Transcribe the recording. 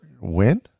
win